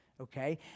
Okay